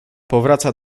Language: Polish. powraca